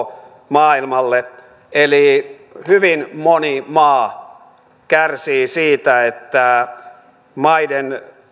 maailmalle hyvin moni maa kärsii siitä että maiden